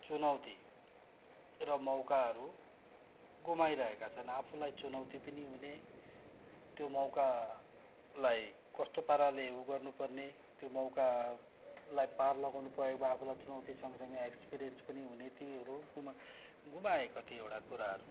चुनौती र मौकाहरू गुमाइ रहेका छन् आफूलाई चुनौती पनि हुने त्यो मौकालाई कस्तो पाराले ऊ गर्नुपर्ने त्यो मौकालाई पार लगाउनु पाएमा आफूलाई चुनौती सँगसँगै एक्सपिरियन्स पनि हुने तिनीहरू कु गुमाए कतिवटा कुराहरू